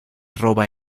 roba